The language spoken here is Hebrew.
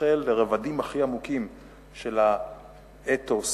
מחלחל לרבדים הכי עמוקים של האתוס